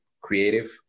creative